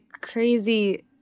crazy